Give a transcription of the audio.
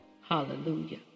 hallelujah